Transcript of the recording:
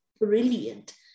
brilliant